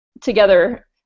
together